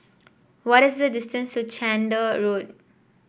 what is the distance to Chander Road